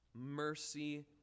mercy